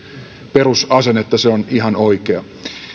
perusasennetta se on ihan oikea